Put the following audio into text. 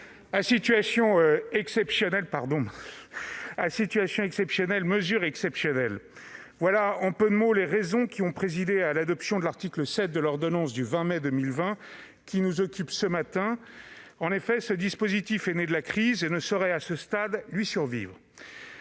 mes chers collègues, à situation exceptionnelle, mesure exceptionnelle. Voilà en peu de mots les raisons qui ont présidé à l'adoption de l'article 7 de l'ordonnance du 20 mai 2020 qui nous occupe ce matin. En effet, ce dispositif est né de la crise et ne saurait, à ce stade, lui survivre.